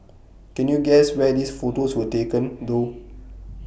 can you guess where these photos were taken though